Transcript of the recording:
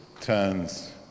turns